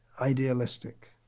idealistic